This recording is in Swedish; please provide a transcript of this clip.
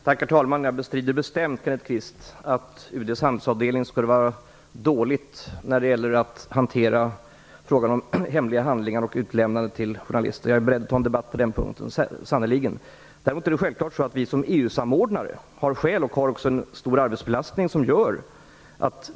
Herr talman! Jag bestrider bestämt, Kenneth Kvist, att UD:s handelsavdelning skulle vara dålig när det gäller att hantera frågan om utlämnande av hemliga handlingar till journalister. Jag är sannerligen beredd att ta en debatt på den punkten. Däremot är det självklart att vi som EU samordnare har en stor arbetsbelastning.